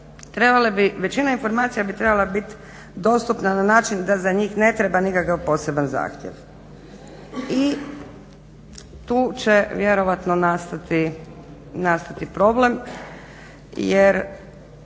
trebale bi većina informacija bi trebala biti dostupna na način da za njih ne treba nikakav poseban zahtjev i tu će vjerojatno nastati problem jer